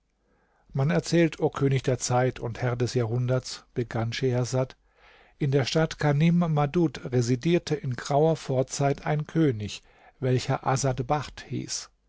man erzählt o könig der zeit und herr des jahrhunderts begann schehersad in der stadt kanim madud residierte in grauer vorzeit ein könig welcher asad bacht hieß